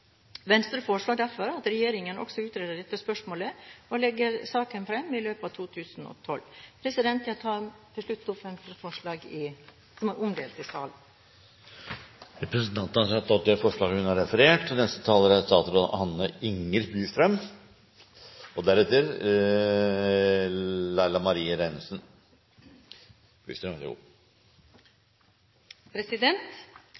Venstre foreslår derfor at regjeringen også utreder dette spørsmålet og legger saken fram i løpet av 2012. Jeg tar til slutt opp Venstres forslag som er omdelt i salen. Representanten Borghild Tenden har tatt opp det forslaget hun